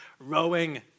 rowing